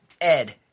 Ed